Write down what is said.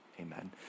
amen